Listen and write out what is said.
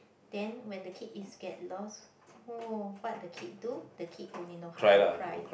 then when the kid is get lost oh what the kid do the kid only know how to cry